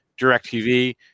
DirecTV